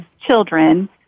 children